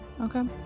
Okay